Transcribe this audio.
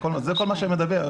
זה כל מה שמדובר.